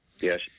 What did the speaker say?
Yes